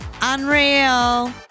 Unreal